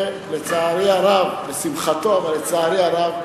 ולצערי הרב, לשמחתו אבל לצערי הרב,